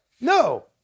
No